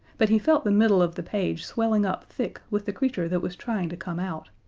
but he felt the middle of the page swelling up thick with the creature that was trying to come out,